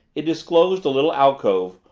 it disclosed a little alcove,